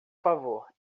favor